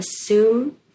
assume